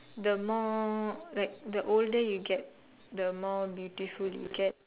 the more like the older you get the more beautiful you get